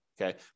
okay